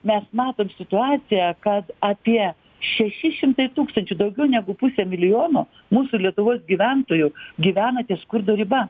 mes matom situaciją kad apie šeši šimtai tūkstančių daugiau negu pusė milijono mūsų lietuvos gyventojų gyvena ties skurdo riba